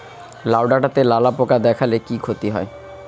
লাউ ডাটাতে লালা পোকা দেখালে কি ক্ষতি হয়?